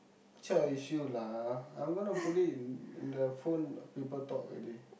so is you lah I'm gonna put it in in the phone people talk already